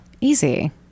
Easy